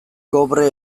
kobre